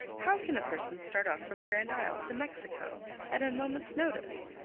how can a person start off from grand isle to mexico at a moment's notice,